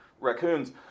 raccoons